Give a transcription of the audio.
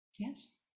Yes